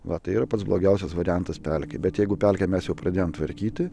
va tai yra pats blogiausias variantas pelkei bet jeigu pelkę mes jau pradėjom tvarkyti